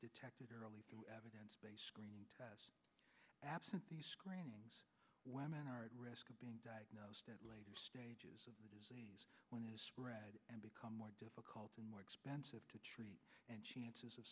detected early evidence based screening tests absent the screenings women are at risk of being diagnosed as late stages of disease when it is spread and become more difficult and more expensive to treat and chances of